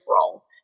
role